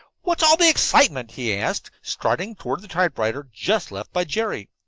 what's all the excitement? he asked, striding toward the typewriter just left by jerry.